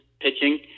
pitching